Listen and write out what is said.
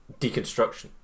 deconstruction